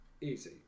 easy